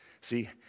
See